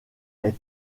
est